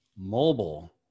mobile